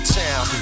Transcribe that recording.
town